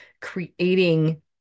creating